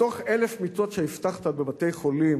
מתוך 1,000 מיטות שהבטחת בבתי-חולים,